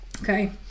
Okay